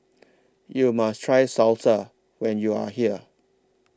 YOU must Try Salsa when YOU Are here